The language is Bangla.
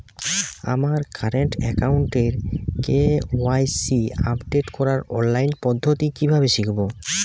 আমার কারেন্ট অ্যাকাউন্টের কে.ওয়াই.সি আপডেট করার অনলাইন পদ্ধতি কীভাবে শিখব?